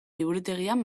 liburutegian